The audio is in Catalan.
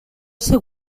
ser